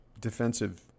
defensive